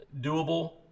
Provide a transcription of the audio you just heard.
doable